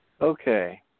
Okay